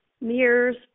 mirrors